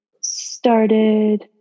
started